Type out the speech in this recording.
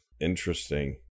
Interesting